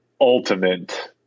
ultimate